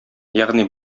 ягъни